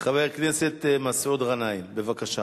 חבר הכנסת מסעוד גנאים, בבקשה.